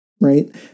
right